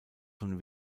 von